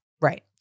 Right